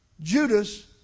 Judas